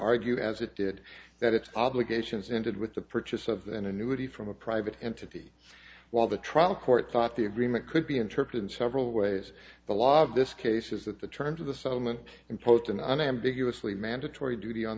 argue as it did that its obligations ended with the purchase of an annuity from a private entity while the trial court thought the agreement could be interpreted in several ways the law of this case is that the terms of the settlement imposed an unambiguous leave mandatory duty on